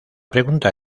pregunta